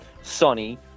Sonny